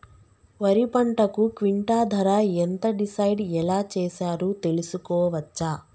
వరి పంటకు క్వింటా ధర ఎంత డిసైడ్ ఎలా చేశారు తెలుసుకోవచ్చా?